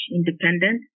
Independent